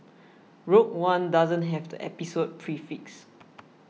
Rogue One doesn't have the Episode prefix